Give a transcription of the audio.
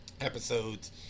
episodes